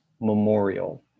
memorial